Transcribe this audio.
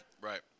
Right